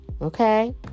okay